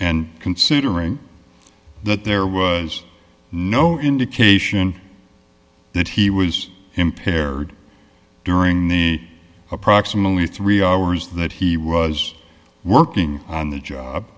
and considering that there was no indication that he was impaired during the approximately three hours that he was working on the job